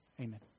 Amen